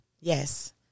Yes